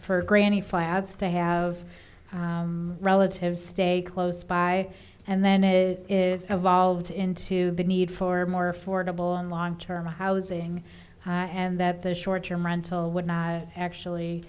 for granny flats to have relatives stay close by and then it is evolved into the need for more affordable and long term housing and that the short term rental would not actually